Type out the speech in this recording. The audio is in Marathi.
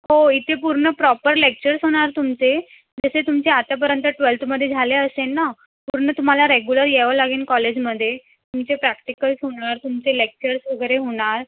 हो इथे पूर्ण प्रॉपर लेक्चर्स होणार तुमचे जसे तुमचे आतापर्यंत ट्वेल्थमध्ये झाले असेन ना पूर्ण तुम्हाला रेगुलर यावं लागेन कॉलेजमध्ये तुमचे प्रॅक्टिकल्स होणार तुमचे लेक्चर्स वगैरे होणार